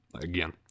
Again